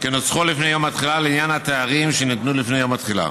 כנוסחו לפני יום התחילה לעניין התארים שניתנו לפני יום התחילה".